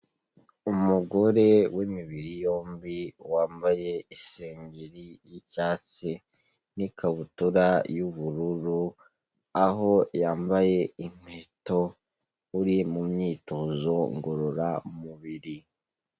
Umugore w'imibiri yombi wambaye isengeri y'icyatsi n'ikabutura y'ubururu, aho yambaye inkweto uri mu myitozo ngororamubiri.